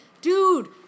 dude